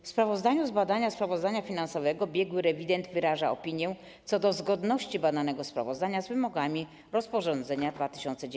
W sprawozdaniu z badania sprawozdania finansowego biegły rewident wyraża opinię dotyczącą zgodności badanego sprawozdania z wymogami rozporządzenia 2019/815.